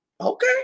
okay